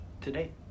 today